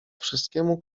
wszystkiemu